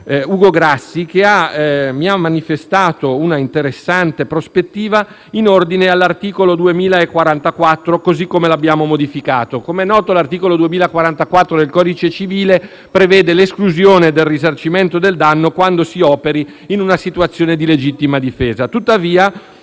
Ugo Grassi, che mi ha manifestato un'interessante prospettiva in ordine all'articolo 2044 del codice civile, così come l'abbiamo modificato. Come noto, l'articolo 2044 del codice civile prevede l'esclusione del risarcimento del danno quando si operi in una situazione di legittima difesa.